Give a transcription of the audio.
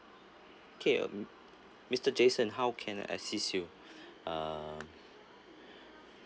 okay mm mr jason how can I assist you uh